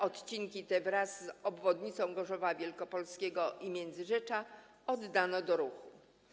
Odcinki te wraz z obwodnicą Gorzowa Wielkopolskiego i Międzyrzecza oddano do użytku.